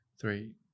Three